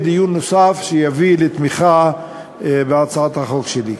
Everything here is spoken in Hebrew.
דיון נוסף שיביא לתמיכה בהצעת החוק שלי.